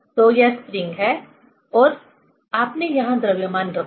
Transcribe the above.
तो यह स्प्रिंग है और आपने यहां द्रव्यमान रखा